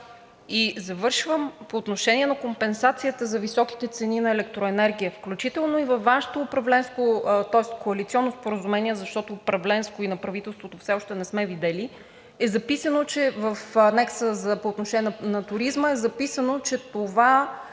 И завършвам – по отношение на компенсацията за високите цени на електроенергията. Включително и във Вашето управленско, тоест коалиционно споразумение, защото управленско и на правителството все още не сме видели, в анекса по отношение на туризма е записано, че това